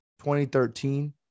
2013